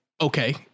Okay